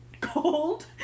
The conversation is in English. Cold